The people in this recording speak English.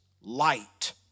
light